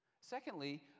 Secondly